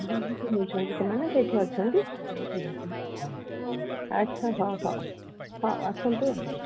ରହୁଛନ୍ତି ସେମାନେ ସେଠି ଅଛନ୍ତି ଆଚ୍ଛା ହ ହଉ ହଉ ଆସନ୍ତୁ